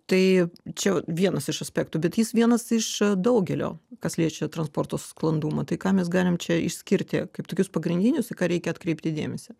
tai čia vienas iš aspektų bet jis vienas iš daugelio kas liečia transporto sklandumą tai ką mes galim čia išskirti kaip tokius pagrindinius į ką reikia atkreipti dėmesį